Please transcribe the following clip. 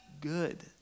good